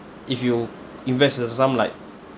if you invest in some like